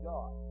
God